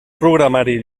programari